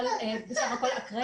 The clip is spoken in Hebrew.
אבל בסך הכול אחרי